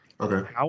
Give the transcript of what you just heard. Okay